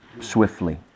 swiftly